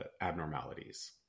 abnormalities